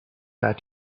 that